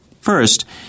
First